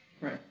Right